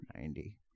Ninety